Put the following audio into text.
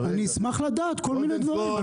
אני אשמח לדעת כל מיני דברים,